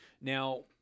Now